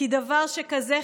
/ כי דבר שכזה,